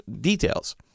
details